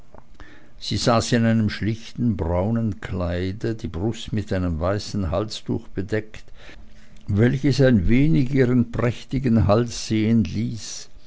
sie saß da in einem schlichten braunen kleide die brust mit einem weißen halstuche bedeckt welches ein wenig ihren prächtigen hals sehen ließ